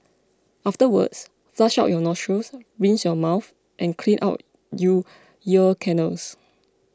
afterwards flush out your nostrils rinse your mouth and clean out you ear canals